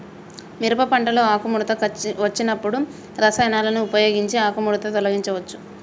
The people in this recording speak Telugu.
మిరప పంటలో ఆకుముడత వచ్చినప్పుడు రసాయనాలను ఉపయోగించి ఆకుముడత తొలగించచ్చా?